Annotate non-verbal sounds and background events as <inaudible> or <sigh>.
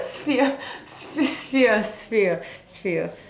sphere <laughs> sphere sphere sphere